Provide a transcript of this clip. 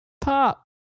pop